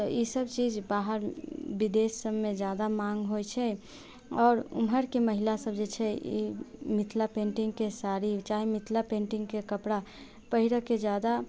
ईसभ चीज बाहर विदेशसभमे ज्यादा माँग होइत छै आओर ओमहरके महिलासभ जे छै ई मिथिला पेंटिंगके साड़ी चाहे मिथिला पेंटिंगके कपड़ा पहिरैके ज्यादा